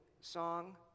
song